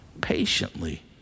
patiently